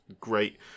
great